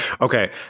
Okay